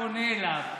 אני רק פונה אליו.